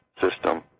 system